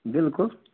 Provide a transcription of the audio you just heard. بِلکُل